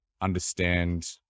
understand